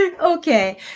Okay